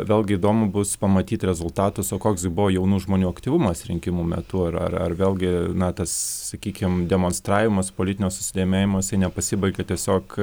vėlgi įdomu bus pamatyt rezultatus o koks buvo jaunų žmonių aktyvumas rinkimų metu ar ar ar vėlgi na tas sakykim demonstravimas politinio susidomėjimas nepasibaigia tiesiog